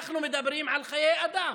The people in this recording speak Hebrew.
אנחנו מדברים על חיי אדם.